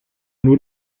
nur